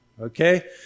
Okay